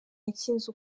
yakinze